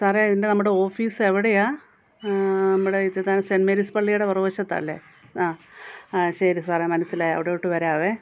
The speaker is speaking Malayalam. സാറെ ഇതിൻ്റെ നമ്മുടെ ഓഫീസെവിടെയാണ് നമ്മുടെ ഇട്ടിത്താനം സെൻറ്റ് മേരീസ് പള്ളിയുടെ പുറകു വശത്തല്ലേ ആ ആ ശരി സാറെ മനസ്സിലായി അവിടോട്ടു വരാമേ